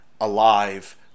alive